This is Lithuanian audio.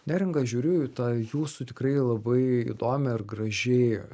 neringa žiūriu į tą jūsų tikrai labai įdomią ir gražiai